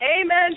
Amen